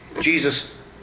Jesus